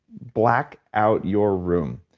black out your room.